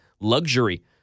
luxury